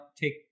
take